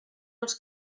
els